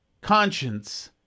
conscience